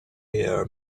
ear